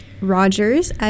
Rogers